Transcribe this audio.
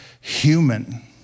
human